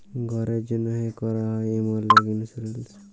ঘ্যরের জ্যনহে ক্যরা হ্যয় এমল ইক ইলসুরেলস